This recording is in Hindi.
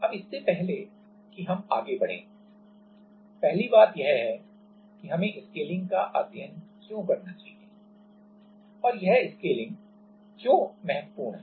अब इससे पहले कि हम आगे बढ़ें पहली बात यह है कि हमें स्केलिंग का अध्ययन क्यों करना चाहिए और यह स्केलिंग क्यों महत्वपूर्ण है